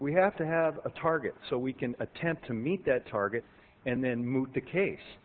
we have to have a target so we can attempt to meet that target and then move the case